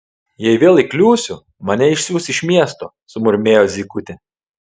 jei vėl įkliūsiu mane išsiųs iš miesto sumurmėjo zykutė